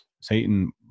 Satan